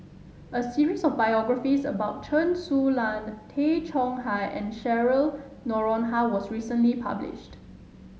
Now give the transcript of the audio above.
a series of biographies about Chen Su Lan Tay Chong Hai and Cheryl Noronha was recently published